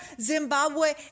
Zimbabwe